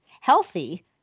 healthy